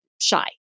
shy